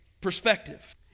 perspective